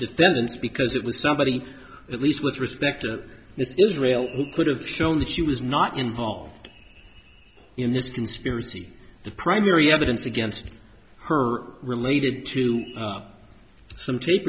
defendants because it was somebody at least with respect to this israel who could have shown that she was not involved in this conspiracy the primary evidence against her related to some tape